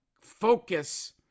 focus